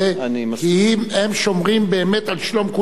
כי הם שומרים באמת על שלום כולנו.